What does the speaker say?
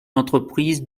l’entreprise